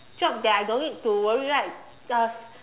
job that I don't need to worry right uh